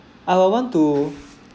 I would want to